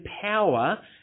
power